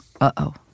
Uh-oh